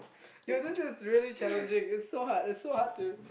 yo this is really challenging it's so hard it's so hard to